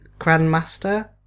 Grandmaster